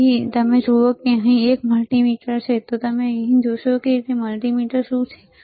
તેથી જો તમે જુઓ કે અહીં એક મલ્ટિમીટર છે જો તમે જુઓ કે અહીં મલ્ટિમીટર છે